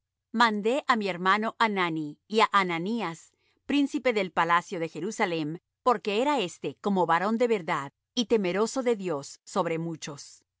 mandé á mi hermano hanani y á hananías príncipe del palacio de jerusalem porque era éste como varón de verdad y temeroso de dios sobre muchos